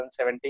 2017